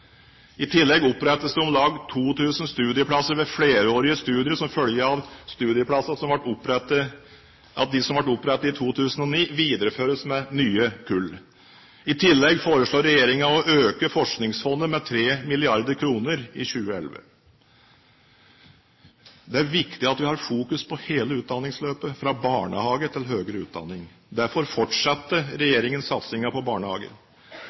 I tillegg opprettes det om lag 2 000 studieplasser ved flerårige studier, som følge av at studieplassene som ble opprettet i 2009, videreføres med nye kull. I tillegg foreslår regjeringen å øke Forskningsfondet med 3 mrd. kr i 2011. Det er viktig at vi har fokus på hele utdanningsløpet, fra barnehage til høyere utdanning. Derfor fortsetter regjeringen satsingen på